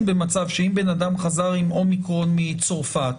במצב שאם בן אדם חזר עם אומיקרון מצרפת,